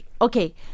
Okay